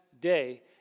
day